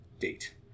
date